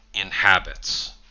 inhabits